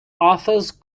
authors